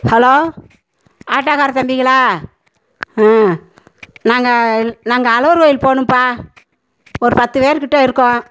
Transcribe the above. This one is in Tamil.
ஹலோ ஆட்டோ கார தம்பிங்களா ம் நாங்கள் நாங்கள் அழகர்கோயில் போகணும்ப்பா ஒரு பத்து பேருகிட்ட இருக்கோம்